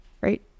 right